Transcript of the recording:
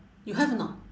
you have or not